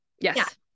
Yes